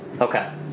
Okay